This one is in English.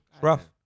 Rough